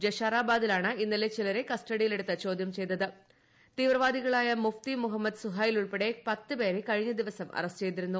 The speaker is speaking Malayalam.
ജഷറാബാദിലാണ് ഇന്നല്ല പ്രിലരെ കസ്റ്റഡിയിലെടുത്ത് ചോദ്യം ചെയ്തത്ത് ത്രീവ്രവാദികളായ മുഫ്തി മുഹമ്മദ് സുഹൈൽ ഉൾപ്പെടെ പത്ത് പേരെ കഴിഞ്ഞ ദിവസം അറസ്റ്റ് ചെയ്തിരുന്നു